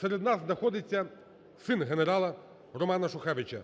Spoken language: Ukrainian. Серед нас знаходиться син генерала Романа Шухевича,